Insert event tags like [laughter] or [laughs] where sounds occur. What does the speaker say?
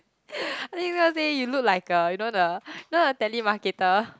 [laughs] I didn't even say you look like a you know the you know the telemarketer